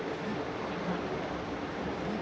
corn হল এক প্রজাতির ঘাস যেখান থেকে ভুট্টা ফসল পাওয়া যায়